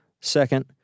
Second